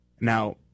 Now